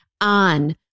on